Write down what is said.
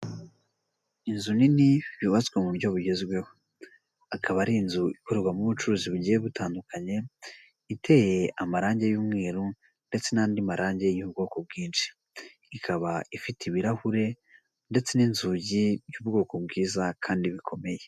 Inzu nini yubatswe mu buryo bugezweho. Akaba ari inzu ikorerwamo ubucuruzi bugiye butandukanye, iteye amarangi y'umweru ndetse n'andi marange y'ubwoko bwinshi. Ikaba ifite ibirahure ndetse n'inzugi by'ubwoko bwiza kandi bikomeye.